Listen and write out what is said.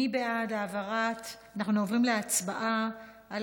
אנחנו עוברים להצבעה על